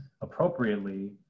appropriately